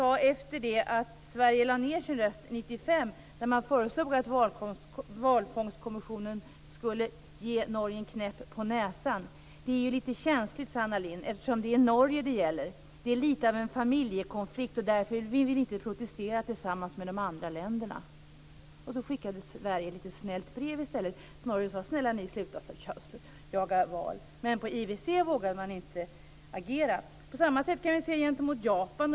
Efter det att Sverige lade ned sin röst 1995, då det föreslogs att Valfångstkommissionen skulle ge Norge en knäpp på näsan, sade Anna Lindh att det är lite känsligt, eftersom det är Norge det gäller, att det är lite av en familjekonflikt och att Sverige därför inte vill protestera tillsammans med de andra länderna. I stället skickade Sverige ett litet snällt brev till Norge där man skrev: Snälla ni, sluta att jaga val. Men inom IWC vågade man inte agera. På samma sätt kan man se detta gentemot Japan.